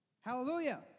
Hallelujah